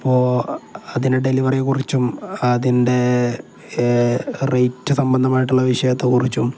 അപ്പോള് അതിന്റെ ഡെലിവറിയെക്കുറിച്ചും അതിൻ്റെ റേറ്റ് സംബന്ധമായിട്ടുള്ള വിഷയത്തെക്കുറിച്ചും